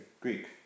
Greek